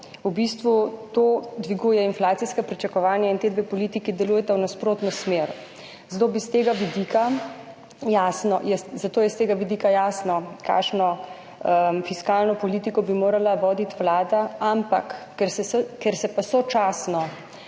v bistvu to dviguje inflacijska pričakovanja in ti dve politiki delujeta v nasprotno smer. Zato je s tega vidika jasno, kakšno fiskalno politiko bi morala voditi Vlada. Ampak ker se pa sočasno